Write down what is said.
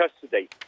custody